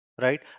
right